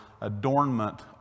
adornment